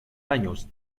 años